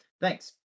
Thanks